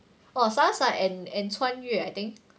!wah! sounds like an~ and 穿越 I think